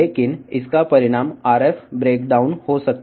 కానీ ఇది RF విచ్ఛిన్నానికి కి దారి తీయవచ్చు